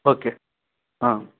okay ಹಾಂ